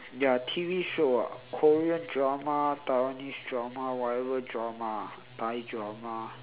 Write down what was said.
ya T_V show ah korean drama taiwanese drama whatever drama ah thai drama